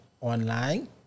online